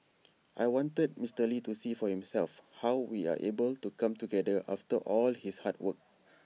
I wanted Mister lee to see for himself how we are able to come together after all his hard work